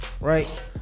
Right